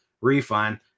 Refund